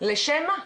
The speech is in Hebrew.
לשם מה?